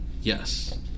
Yes